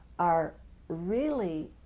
are really.